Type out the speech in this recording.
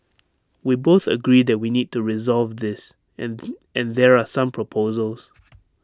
we both agree that we need to resolve this and there are some proposals